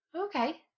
Okay